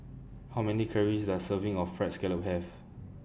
How Many Calories Does A Serving of Fried Scallop Have